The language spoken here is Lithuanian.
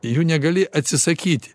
jų negali atsisakyti